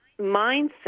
mindset